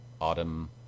Autumn